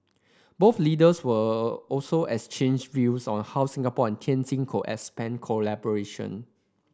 both leaders were also exchanged views on how Singapore and Tianjin could expand cooperation